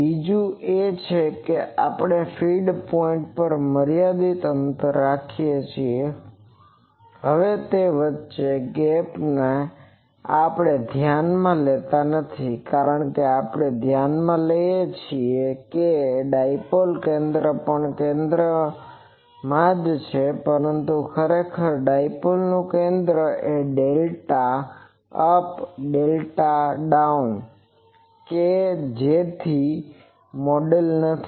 બીજું એ છે કે આપણે ફીડ પોઇન્ટ પર મર્યાદિત અંતર રાખીએ છીએ હવે તે વચ્ચે ના ગેપને આપણે ધ્યાનમાં લેતા નથી કારણ કે આપણે ધ્યાનમાં લઈએ છીએ કે ડાઇપોલ કેન્દ્ર પણ કેન્દ્રમાં જ છે પરંતુ ખરેખર ડાઇપોલ કેન્દ્ર એક ડેલ્ટા અપ અને ડેલ્ટા નીચે છે કે જેથી તે મોડેલ નથી